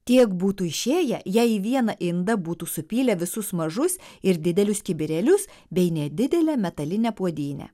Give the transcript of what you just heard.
tiek būtų išėję jei į vieną indą būtų supylę visus mažus ir didelius kibirėlius bei nedidelę metalinę puodynę